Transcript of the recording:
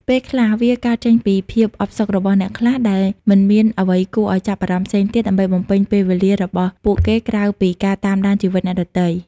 ពេលខ្លះវាកើតចេញពីភាពអផ្សុករបស់អ្នកខ្លះដែលមិនមានអ្វីគួរឱ្យចាប់អារម្មណ៍ផ្សេងទៀតដើម្បីបំពេញពេលវេលារបស់ពួកគេក្រៅពីការតាមដានជីវិតអ្នកដទៃ។